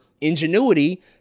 ingenuity